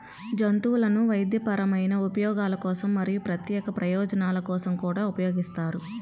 జంతువులను వైద్యపరమైన ఉపయోగాల కోసం మరియు ప్రత్యేక ప్రయోజనాల కోసం కూడా ఉపయోగిస్తారు